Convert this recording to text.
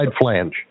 flange